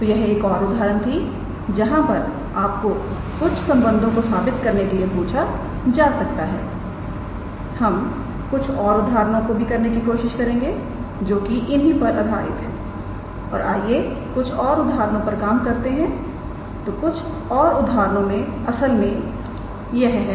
तो यह एक और उदाहरण थी जहां पर आपको कुछ संबंधों को साबित करने के लिए पूछा जा सकता है हम कुछ और उदाहरणों को भी करने की कोशिश करेंगे जो कि इन्हीं पर आधारित है और आइए कुछ और उदाहरणों पर काम करते हैं तो कुछ और उदाहरणों में असल में यह है